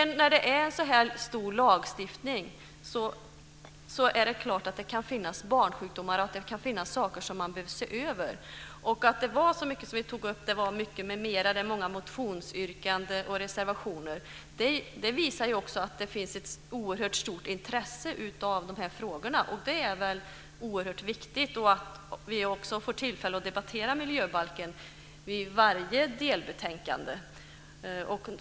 När det är en sådan här stor lagstiftning är det klart att det kan finnas barnsjukdomar och att det kan finans saker som man behöver se över. Att det var så mycket som vi tog upp - det var mycket "m.m.", många motionsyrkanden och reservationer - visar ju också att det finns ett oerhört stort intresse för de här frågorna, och det är väl viktigt. Det är också viktigt att vi får tillfälle att debattera miljöbalken vid varje delbetänkande.